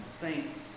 saints